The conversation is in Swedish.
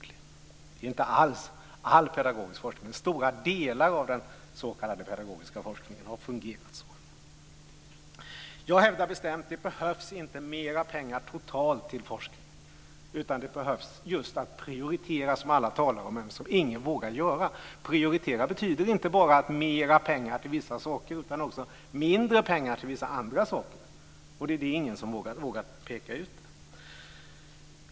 Det gäller inte alls all pedagogisk forskning, men stora delar av den s.k. pedagogiska forskningen har fungerat så. Jag hävdar bestämt att det inte behövs mera pengar totalt till forskningen, utan man behöver just prioritera, som alla talar om men som ingen vågar göra. Att prioritera betyder inte bara att man ger mera pengar till vissa saker utan också att man ger mindre pengar till vissa andra saker. Och det är ingen som vågar peka ut det.